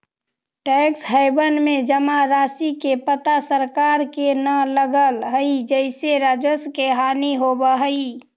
tax haven में जमा राशि के पता सरकार के न लगऽ हई जेसे राजस्व के हानि होवऽ हई